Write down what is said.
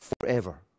forever